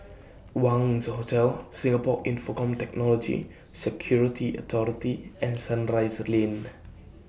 Wangz Hotel Singapore Infocomm Technology Security Authority and Sunrise Lane